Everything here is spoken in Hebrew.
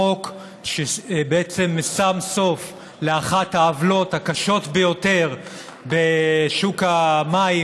חוק שבעצם שם סוף לאחת העוולות הקשות ביותר בשוק המים.